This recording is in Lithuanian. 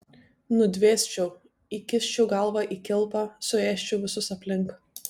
nudvėsčiau įkiščiau galvą į kilpą suėsčiau visus aplink